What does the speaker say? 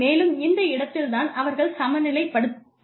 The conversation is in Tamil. மேலும் இந்த இடத்தில்தான் அவர்கள் சமநிலைப்படுத்துகிறார்கள்